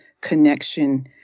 connection